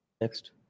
Next